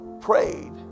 prayed